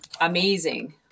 amazing